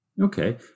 Okay